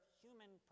human